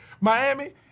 Miami